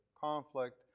conflict